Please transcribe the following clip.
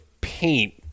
paint